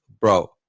bro